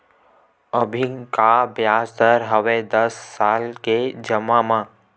अभी का ब्याज दर हवे दस साल ले जमा मा?